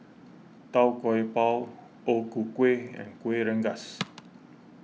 Tau Kwa Pau O Ku Kueh and Kuih Rengas